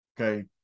okay